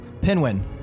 pinwin